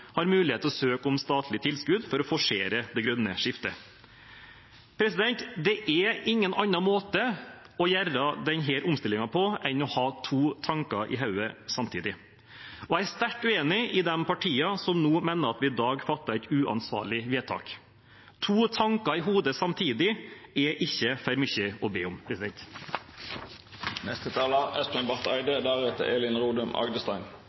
har mulighet til å søke om statlige tilskudd for å forsere det grønne skiftet. Det er ingen annen måte å gjøre denne omstillingen på enn å ha to tanker i hodet samtidig. Jeg er sterkt uenig med de partiene som mener at vi i dag fatter et uansvarlig vedtak. To tanker i hodet samtidig er ikke for mye å be om.